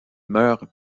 meurt